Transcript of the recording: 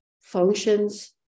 functions